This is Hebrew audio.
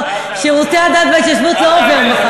שירותי הדת בהתיישבות לא עובר מחר.